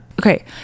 Okay